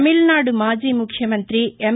తమిళనాడు మాజీ ముఖ్యమంతి ఎం